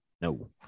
No